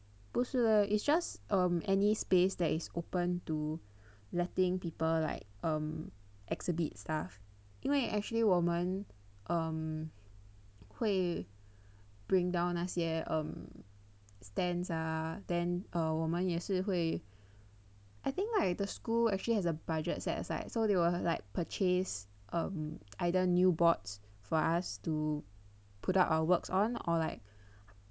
不是 it's just um any space that is open to letting people like um exhibit stuff 因为 actually 我们 um 会 bring down 那些 um stands ah then err 我们也是会 I think like the school actually has a budget set aside so they will like purchase um either new boards for us to put up our works on or like